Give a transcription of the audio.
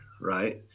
right